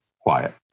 quiet